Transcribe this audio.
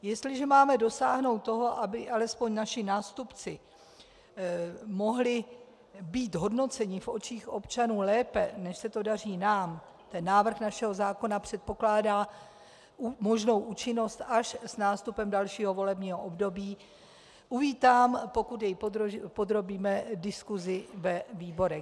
Jestliže máme dosáhnout toho, aby alespoň naši nástupci mohli být hodnoceni v očích občanů lépe, než se to daří nám, ten návrh našeho zákona předpokládá možnou účinnost až s nástupem dalšího volebního období, uvítám, pokud jej podrobíme diskusi ve výborech.